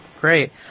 Great